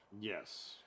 Yes